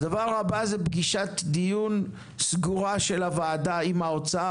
פגישת דיון סגורה של הוועדה עם משרד האוצר,